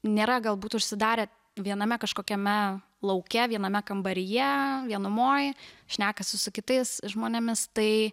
nėra galbūt užsidarę viename kažkokiame lauke viename kambaryje vienumoj šnekasi su kitais žmonėmis tai